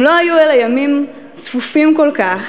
אם לא היו אלה ימים צפופים כל כך,